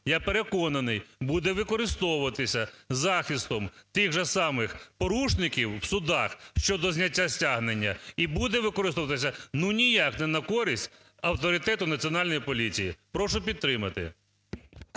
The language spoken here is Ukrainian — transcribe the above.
я переконаний, буде використовуватися захистом тих же самих порушників в судах щодо зняття стягнення і буде використовуватися, ну, ніяк не на користь авторитету Національної поліції. Прошу підтримати.